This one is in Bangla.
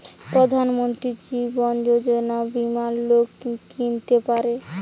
প্রধান মন্ত্রী জীবন যোজনা বীমা লোক কিনতে পারে